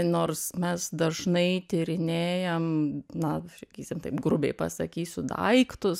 nors mes dažnai tyrinėjam na sakysim taip grubiai pasakysiu daiktus